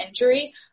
injury